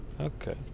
Okay